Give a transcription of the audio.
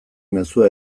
mezua